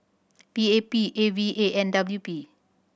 P A P A V A and W P